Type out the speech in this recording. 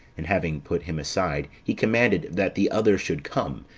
and having put him aside, he commanded that the other should come,